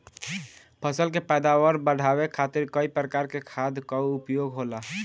फसल के पैदावार बढ़ावे खातिर कई प्रकार के खाद कअ उपयोग होला